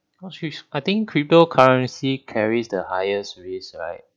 quite huge I think cryptocurrency carries the highest risk right